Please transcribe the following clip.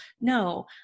No